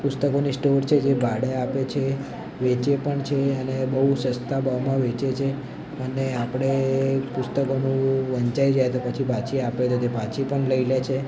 પુસ્તકોની સ્ટોર છે જે ભાડે આપે છે વેચે પણ છે અને બહુ સસ્તા ભાવમાં વેચે છે અને આપણે પુસ્તકોનું વંચાઈ જાય તો પછી પાછી આપે છે તો તે પાછી પણ લઈ લે છે